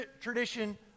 tradition